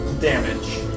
damage